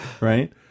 right